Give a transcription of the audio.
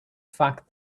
fact